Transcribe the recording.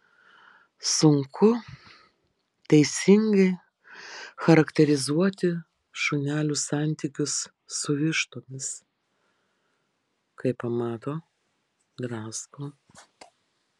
sunku teisingai charakterizuoti šunelių santykius su vištomis kai pamato drasko